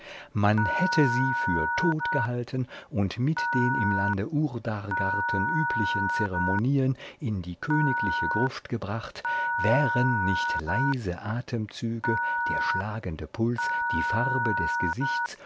man hätte sie für tot gehalten und mit den im lande urdargarten üblichen zeremonien in die königliche gruft gebracht wären nicht leise atemzüge der schlagende puls die farbe des gesichts